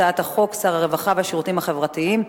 אני קובעת שהצעת חוק דמי מחלה (תיקון מס'